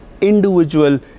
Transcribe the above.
individual